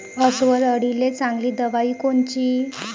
अस्वल अळीले चांगली दवाई कोनची?